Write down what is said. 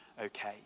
okay